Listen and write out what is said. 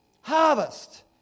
Harvest